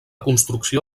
construcció